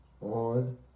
on